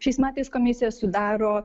šiais metais komisiją sudaro